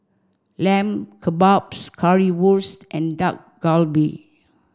Lamb Kebabs Currywurst and Dak Galbi